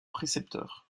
précepteur